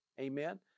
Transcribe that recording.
Amen